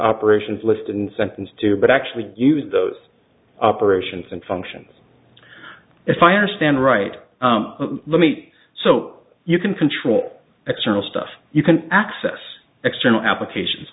operations listed in sentence two but actually use those operations and functions if i understand right let me so you can control external stuff you can access external applications